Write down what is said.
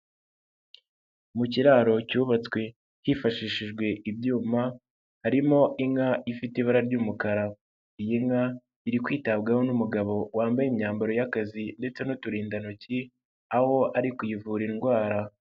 Mu kiraro cyubatswe hifashishijwe ibyuma harimo inka ifite ibara ry'umukara, iyi nka iri kwitabwaho n'umugabo wambaye imyambaro y'akazi ndetse n'uturindantoki aho ari kuyivura indwara.